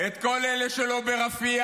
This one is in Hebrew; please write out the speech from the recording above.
את כל אלה שלא ברפיח,